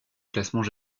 classement